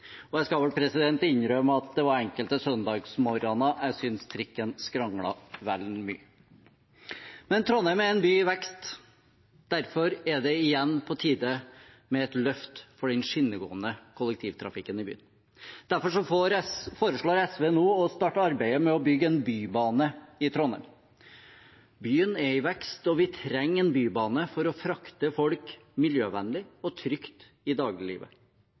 og jeg skal vel innrømme at det var enkelte søndagsmorgener jeg syntes trikken skranglet vel mye. Trondheim er en by i vekst, og det er igjen på tide med et løft for den skinnegående kollektivtrafikken i byen. Derfor foreslår SV nå å starte arbeidet med å bygge en bybane i Trondheim. Byen er i vekst, og vi trenger en bybane for å frakte folk miljøvennlig og trygt i dagliglivet.